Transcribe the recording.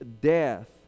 death